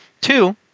Two